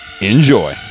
Enjoy